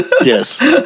Yes